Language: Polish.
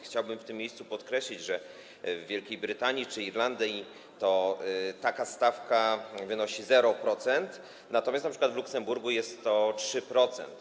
Chciałbym w tym miejscu podkreślić, że w Wielkiej Brytanii czy Irlandii taka stawka wynosi 0%, natomiast np. w Luksemburgu jest to 3%.